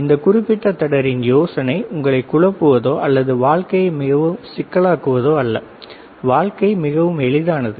இந்த குறிப்பிட்ட தொடரின் யோசனை உங்களை குழப்புவதோ அல்லது வாழ்க்கையை மிகவும் சிக்கலாக்குவதோ அல்ல வாழ்க்கை மிகவும் எளிதானது